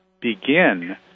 begin